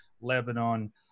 Lebanon